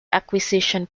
acquisition